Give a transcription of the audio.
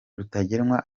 rutagengwa